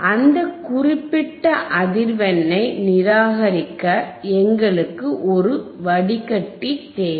அந்த குறிப்பிட்ட அதிர்வெண்ணை நிராகரிக்க எங்களுக்கு ஒரு வடிகட்டி தேவை